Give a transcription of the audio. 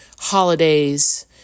holidays